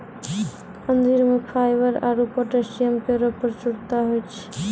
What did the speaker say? अंजीर म फाइबर आरु पोटैशियम केरो प्रचुरता होय छै